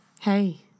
Hey